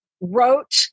wrote